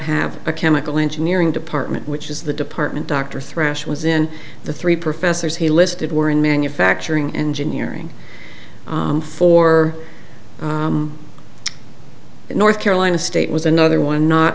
have a chemical engineering department which is the department dr thrash was in the three professors he listed were in manufacturing engineering for north carolina state was another one not